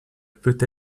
peut